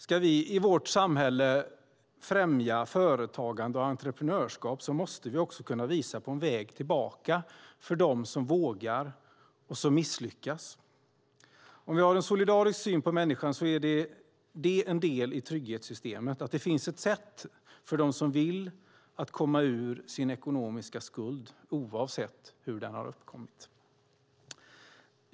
Ska vi i vårt samhälle främja företagande och entreprenörskap måste vi också kunna visa på en väg tillbaka för dem som vågar och som misslyckas. Om vi har en solidarisk syn på människan är det en del i trygghetssystemet att det finns ett sätt för den som vill det att komma ur sin ekonomiska skuld, oavsett hur den har uppkommit.